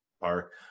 park